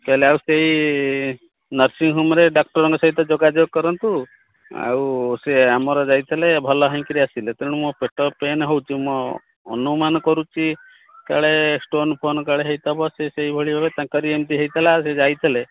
କହିଲେ ଆଉ ସେଇ ନର୍ସିଙ୍ଗହୋମ୍ରେ ଡକ୍ଟର୍ଙ୍କ ସହିତ ଯୋଗାଯୋଗ କରନ୍ତୁ ଆଉ ସିଏ ଆମର ଯାଇଥେଲେ ଭଲ ହେଇକରି ଆସିଲେ ତେଣୁ ମୋ ପେଟ ପେନ୍ ହେଉଛି ମୁଁ ଅନୁମାନ କରୁଛି କାଳେ ଷ୍ଟୋନ୍ ଫୋନ୍ କାଳେ ହୋଇଥବ ସେ ସେଇ ଭଳି ଭାବେ ତାଙ୍କରି ଏମିତି ହୋଇଥିଲା ସେ ଯାଇଥିଲେ